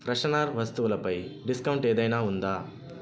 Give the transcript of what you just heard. freshener వస్తువులు పై discount ఏదైనా ఉందా